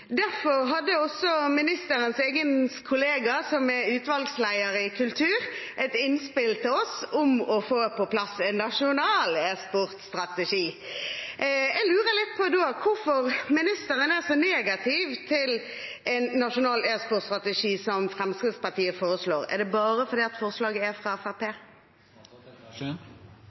Derfor hadde også ministerens egen kollega, som er utvalgsleder i kultur, et innspill til oss om å få på plass en nasjonal e-sportstrategi. Da lurer jeg litt på hvorfor ministeren er så negativ til en nasjonal e-sportstrategi, som Fremskrittspartiet foreslår. Er det bare fordi forslaget er fra